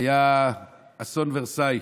היה אסון ורסאי,